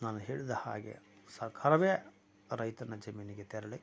ನಾನು ಹೇಳಿದ ಹಾಗೆ ಸರ್ಕಾರವೇ ರೈತನ ಜಮೀನಿಗೆ ತೆರಳಿ